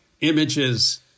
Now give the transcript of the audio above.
images